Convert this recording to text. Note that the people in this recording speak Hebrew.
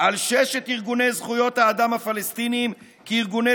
על ששת ארגוני זכויות האדם הפלסטיניים כארגוני